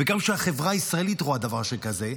וגם כשהחברה הישראלית רואה דבר שכזה,